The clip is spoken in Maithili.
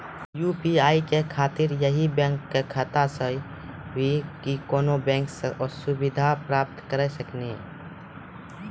यु.पी.आई के खातिर यही बैंक के खाता से हुई की कोनो बैंक से सुविधा प्राप्त करऽ सकनी?